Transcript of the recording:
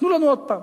תנו לנו עוד פעם.